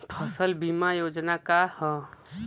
फसल बीमा योजना का ह?